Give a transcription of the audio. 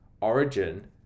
origin